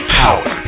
power